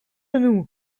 nous